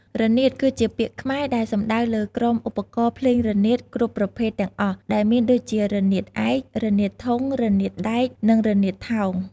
រនាតគឺជាពាក្យខ្មែរដែលសំដៅលើក្រុមឧបករណ៍ភ្លេងរនាតគ្រប់ប្រភេទទាំងអស់ដែលមានដូចជា រនាតឯក រនាតធុង រនាតដែក និងរនាតថោង។